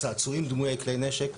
צעצועים דמויי כלי נשק.